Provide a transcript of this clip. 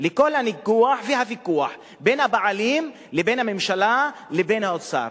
לכל הניגוח והוויכוח בין הבעלים לבין הממשלה לבין האוצר.